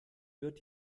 wird